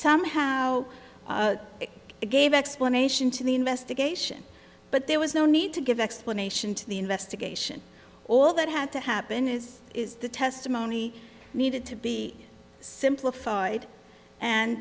somehow gave explanation to the investigation but there was no need to give explanation to the investigation all that had to happen is is the testimony needed to be simplified and